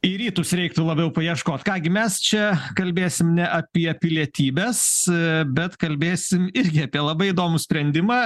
į rytus reiktų labiau paieškot ką gi mes čia kalbėsim ne apie pilietybes bet kalbėsim irgi apie labai įdomų sprendimą